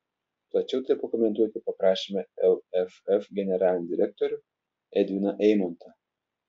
plačiau tai pakomentuoti paprašėme lff generalinį direktorių edviną eimontą